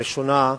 הראשונה,